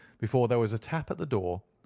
before there was a tap at the door,